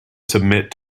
submit